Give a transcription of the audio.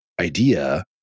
idea